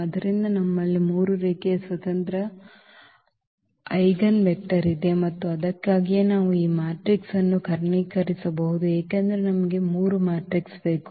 ಆದ್ದರಿಂದ ನಮ್ಮಲ್ಲಿ 3 ರೇಖೀಯ ಸ್ವತಂತ್ರ ರೇಖೀಯ ಸ್ವತಂತ್ರ ಸ್ವತಂತ್ರ ಐಜೆನ್ ವೆಕ್ಟರ್ ಇದೆ ಮತ್ತು ಅದಕ್ಕಾಗಿಯೇ ನಾವು ಈಗ ಈ ಮ್ಯಾಟ್ರಿಕ್ಸ್ ಅನ್ನು ಕರ್ಣೀಕರಿಸಬಹುದು ಏಕೆಂದರೆ ನಮಗೆ 3 ಮ್ಯಾಟ್ರಿಕ್ಸ್ ಬೇಕು